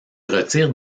retire